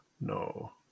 no